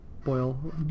boil